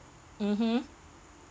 mmhmm